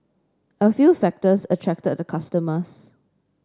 a few factors attracted the customers